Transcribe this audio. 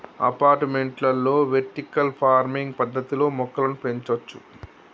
అపార్టుమెంట్లలో vertical farming పద్దతిలో మొక్కలను పెంచొచ్చు